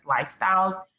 lifestyles